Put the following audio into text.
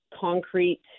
concrete